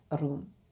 room